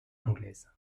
anglaise